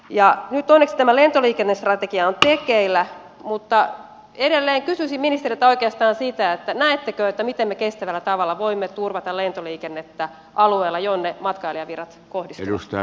nyt onneksi tämä lentoliikennestrategia on tekeillä mutta edelleen kysyisin ministeriltä oikeastaan sitä että näettekö miten me kestävällä tavalla voimme turvata lentoliikennettä alueilla jonne matkailijavirrat kohdistetaan